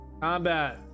Combat